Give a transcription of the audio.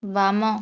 ବାମ